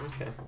okay